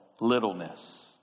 littleness